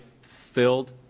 filled